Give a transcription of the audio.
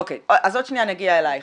אוקיי, אז עוד שנייה נגיע אלייך.